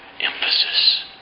emphasis